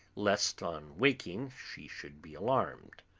lest on waking she should be alarmed.